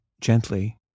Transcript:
gently